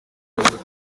bavuga